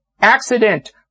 accident